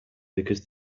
because